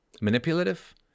manipulative